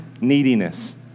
neediness